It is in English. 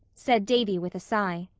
said davy with a sigh.